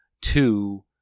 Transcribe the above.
Two